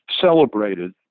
celebrated